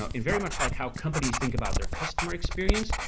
ah and very much like how companies think about their customer experience.